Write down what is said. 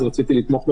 אז רציתי לתמוך בכך.